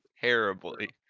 terribly